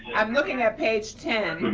i'm looking at page ten.